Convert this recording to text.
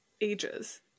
ages